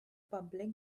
public